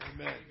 Amen